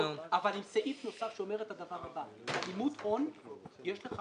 אבל עם סעיף נוסף שאומר את הדבר הבא: הלימות הון יש לך